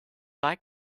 like